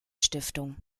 stiftung